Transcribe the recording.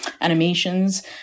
animations